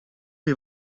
ihr